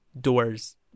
Doors